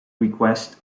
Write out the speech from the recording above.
request